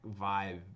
vibe